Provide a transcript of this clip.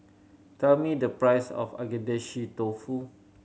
tell me the price of Agedashi Dofu